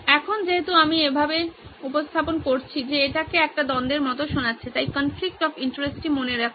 এখন যেহেতু আমি এইভাবে উপস্থাপন করেছি যে এটিকে একটি দ্বন্দ্বের মতো শোনাচ্ছে তাই কনফ্লিকট অফ ইন্টারেস্ট টি মনে রাখবেন